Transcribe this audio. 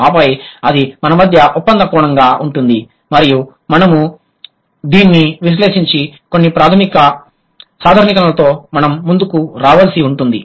ఆపై అది మన మధ్య ఒప్పంద కోణంగా ఉంటుంది మరియు మనము దీన్ని విశ్లేషించి కొన్ని ప్రాథమిక సాధారణీకరణలతో మనం ముందుకు రావాల్సి ఉంటుంది